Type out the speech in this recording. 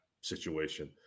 situation